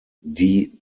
die